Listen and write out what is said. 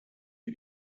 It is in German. für